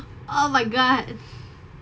oh my god